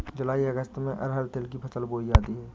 जूलाई अगस्त में अरहर तिल की फसल बोई जाती हैं